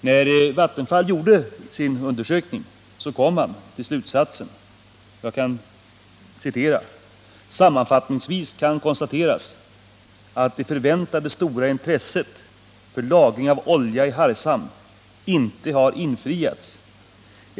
När Vattenfall gjort sin undersökning kom man till följande slutsats: ”Sammanfattningsvis kan konstateras att det förväntade stora intresset för lagring av olja i Hargshamn inte har infriats.